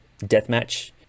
deathmatch